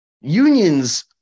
Unions